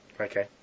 okay